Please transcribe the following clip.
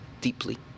deeply